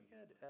Good